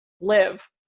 live